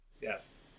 Yes